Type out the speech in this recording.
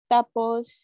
Tapos